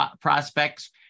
prospects